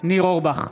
ניר אורבך,